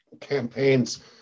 campaigns